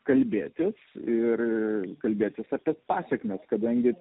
kalbėtis ir kalbėtis apie pasekmes kadangi